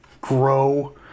grow